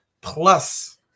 plus